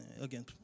Again